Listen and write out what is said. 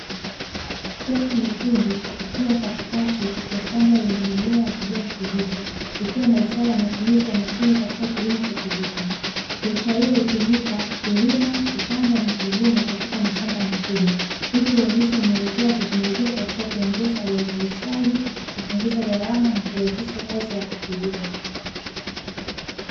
Trekta nyekundu ikiwa katikati ya shamba lenye mimea ya kijani kibichi, ikiwa na ishara ya matumizi ya mashine katika kilimo cha kiviwanda, trekta hiyo hutumika kulima, kupanda na kuvuna katika mashamba makubwa, hivyo huonyesha muelekeo wa teknolojia katika kuongeza uzalishaji, kupunguza gharama na kurahisisha kazi ya wakulima.